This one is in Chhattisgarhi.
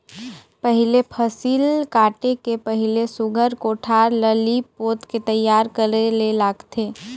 पहिले फसिल काटे के पहिले सुग्घर कोठार ल लीप पोत के तइयार करे ले लागथे